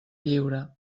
lliure